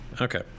Okay